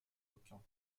aucun